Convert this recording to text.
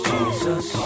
Jesus